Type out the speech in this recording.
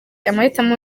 amahitamo